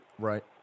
Right